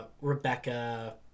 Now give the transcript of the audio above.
Rebecca